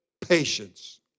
Patience